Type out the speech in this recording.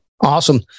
Awesome